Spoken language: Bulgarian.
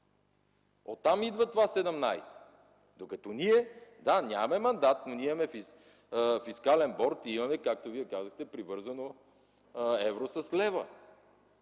Оттам идва това 17. Ние – да, нямаме мандат, но имаме фискален борд, както Вие казахте привързано евро с лева.